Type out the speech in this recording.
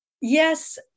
Yes